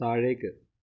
താഴേക്ക്